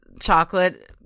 chocolate